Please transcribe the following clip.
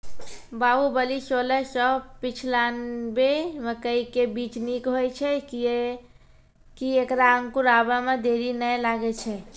बाहुबली सोलह सौ पिच्छान्यबे मकई के बीज निक होई छै किये की ऐकरा अंकुर आबै मे देरी नैय लागै छै?